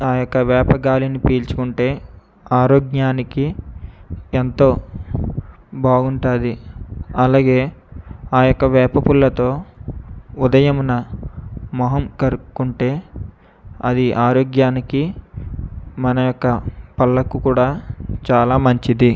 ఆ యొక వేప గాలిని పీల్చుకుంటే ఆరోగ్యానికి ఎంతో బాగుంటుంది అలాగే ఆ యొక వేప పుల్లతో ఉదయమున మొహం కడుక్కుంటే అది ఆరోగ్యానికి మన యొక పళ్ళకు కూడా చాలా మంచిది